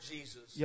Jesus